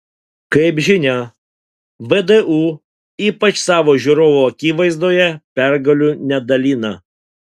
kaip žinia vdu ypač savo žiūrovų akivaizdoje pergalių nedalina